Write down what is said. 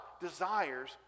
desires